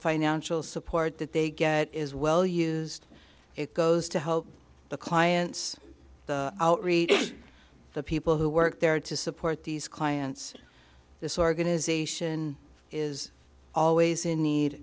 financial support that they get is well used it goes to help the clients the outreach the people who work there to support these clients this organization is always in need